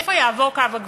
איפה יעבור קו הגבול?